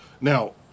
Now